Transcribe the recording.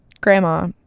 grandma